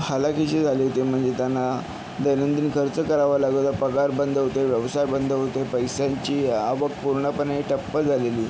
हलाखीची झाली होती म्हणजे त्यांना दैनंदिन खर्च करावा लागत होता पगार बंद होते व्यवसाय बंद होते पैशांची आवक पूर्णपणे ठप्प झालेली